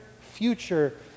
future